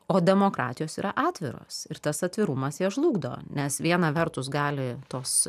o demokratijos yra atviros ir tas atvirumas jas žlugdo nes viena vertus gali tos